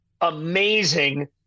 amazing